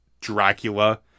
Dracula